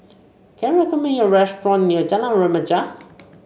can you recommend me a restaurant near Jalan Remaja